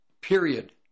period